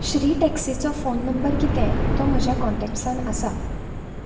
श्री टॅक्सिचो phone number कितें तो म्हज्या कॉन्टॅक्ट्सान आसा